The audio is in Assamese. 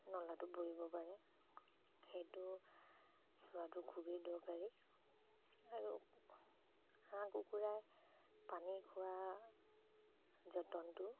নলাটো পৰিব পাৰে সেইটো চোৱাটো খুবেই দৰকাৰী আৰু হাঁহ কুকুৰাই পানী খোৱা যতনটো